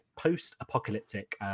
post-apocalyptic